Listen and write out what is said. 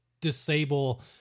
disable